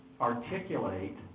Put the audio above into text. articulate